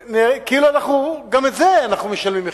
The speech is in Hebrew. כאילו אנחנו, גם את זה, אנחנו משלמים מחיר.